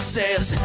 says